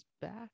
back